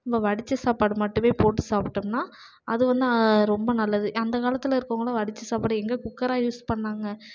நம்ம வடித்த சாப்பாடு மட்டும் போட்டு சாப்பிட்டம்னா அது வந்து ரொம்ப நல்லது அந்த காலத்தில் இருக்கவங்களும் வடித்து சாப்பிட எங்கே குக்கரா யூஸ் பண்ணிணாங்க